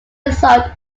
result